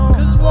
Cause